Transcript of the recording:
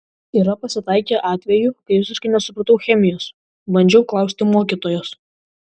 yra pasitaikę atvejų kai visiškai nesupratau chemijos bandžiau klausti mokytojos